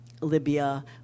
Libya